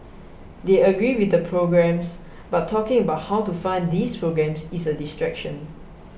they agree with the programmes but talking about how to fund these programmes is a distraction